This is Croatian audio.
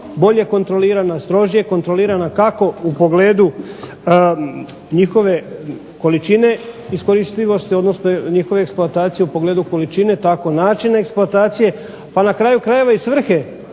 bolje kontrolirana, strožije kontrolirana kako u pogledu njihove količine iskoristivosti odnosno njihove eksploatacije u pogledu količine, tako načine eksploatacije, pa na kraju krajeva i svrhe